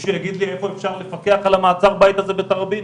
מישהו יגיד לי איפה אפשר לפקח על מעצר הבית הזה בתראבין?